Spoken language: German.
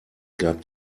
gab